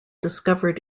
discovered